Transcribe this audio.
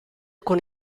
con